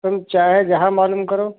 तुम चाहे जहाँ मालूम करो